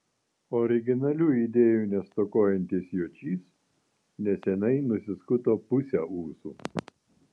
originalių idėjų nestokojantis jočys neseniai nusiskuto pusę ūsų